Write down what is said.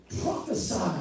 Prophesy